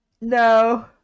No